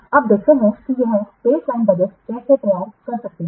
अब देखते हैं कि यह बेसलाइन बजट कैसे तैयार कर सकता है